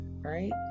right